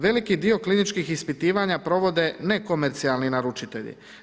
Veliki dio kliničkih ispitivanja provode nekomercijalni naručitelji.